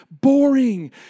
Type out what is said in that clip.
boring